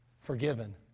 forgiven